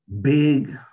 big